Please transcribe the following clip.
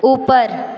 ऊपर